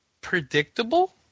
predictable